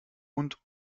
und